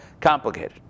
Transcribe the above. complicated